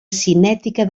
cinètica